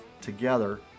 together